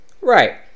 Right